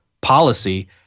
policy